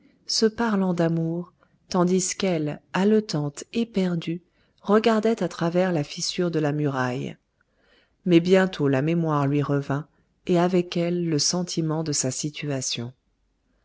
se parlant d'amour tandis qu'elle haletante éperdue regardait à travers la fissure de la muraille mais bientôt la mémoire lui revint et avec elle le sentiment de sa situation